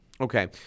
Okay